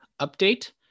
update